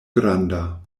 granda